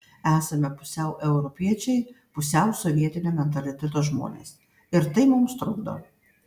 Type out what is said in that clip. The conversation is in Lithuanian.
esame pusiau europiečiai pusiau sovietinio mentaliteto žmonės ir tai mums trukdo